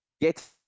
get